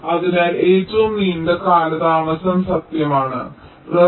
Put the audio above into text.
അതിനാൽ ഏറ്റവും നീണ്ട കാലതാമസം സത്യമാണ് ശരിയാണ്